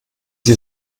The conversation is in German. sie